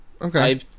Okay